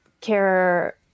care